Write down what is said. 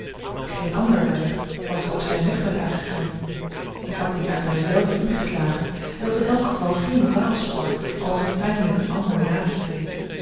geen ander wellicht was ook zijn weg met haar gegaan ik had dien uit mij zelven ingeslagen het was in elk geval geen dwaalspoor al was het pijnlijk een ander na te treden